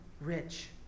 rich